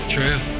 True